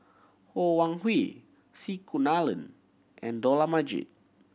Ho Wan Hui C Kunalan and Dollah Majid